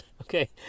okay